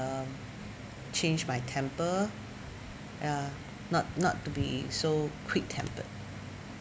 um change my temper uh not not to be so quick tempered